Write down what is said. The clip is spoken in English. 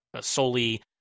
solely